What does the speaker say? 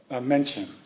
mention